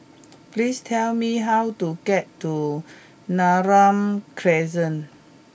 please tell me how to get to Neram Crescent